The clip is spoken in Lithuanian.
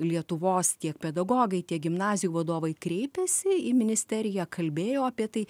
lietuvos tiek pedagogai tiek gimnazijų vadovai kreipėsi į ministeriją kalbėjo apie tai